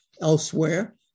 elsewhere